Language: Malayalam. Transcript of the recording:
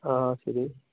ആ ശരി